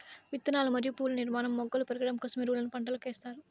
విత్తనాలు మరియు పువ్వుల నిర్మాణం, మొగ్గలు పెరగడం కోసం ఎరువులను పంటలకు ఎస్తారు